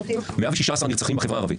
119 נרצחים בחברה הערבית,